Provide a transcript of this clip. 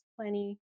plenty